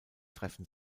treffen